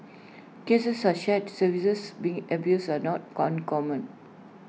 cases of shared services being abused are not uncommon